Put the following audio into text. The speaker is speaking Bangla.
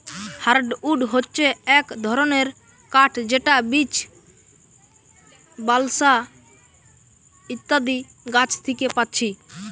হার্ডউড হচ্ছে এক ধরণের কাঠ যেটা বীচ, বালসা ইত্যাদি গাছ থিকে পাচ্ছি